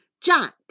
jack